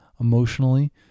emotionally